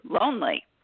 lonely